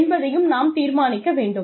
என்பதையும் நாம் தீர்மானிக்க வேண்டும்